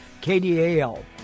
KDAL